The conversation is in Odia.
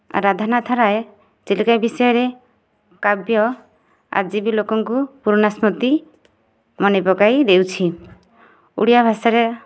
ରାଧାନାଥ ରାୟ ଚିଲିକା ବିଷୟରେ କାବ୍ୟ ଆଜି ବି ଲୋକଙ୍କୁ ପୁରୁଣା ସ୍ମୃତି ମନେ ପକାଇ ଦେଉଛି ଓଡ଼ିଆ ଭାଷାରେ